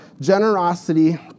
generosity